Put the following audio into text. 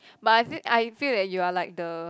but I feel I can feel that you're like the